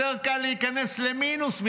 יותר קל להיכנס למינוס,